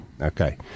okay